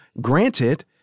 Granted-